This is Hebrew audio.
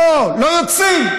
לא, לא יוצאים.